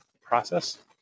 process